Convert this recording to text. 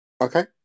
Okay